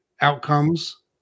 outcomes